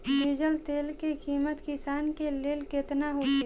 Diesel तेल के किमत किसान के लेल केतना होखे?